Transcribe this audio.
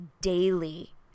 daily